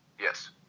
Yes